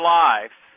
life